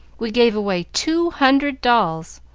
we gave away two hundred dolls,